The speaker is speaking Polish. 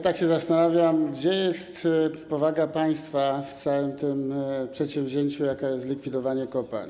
Tak się zastanawiam, gdzie jest powaga państwa w całym tym przedsięwzięciu, jakim jest likwidowanie kopalń.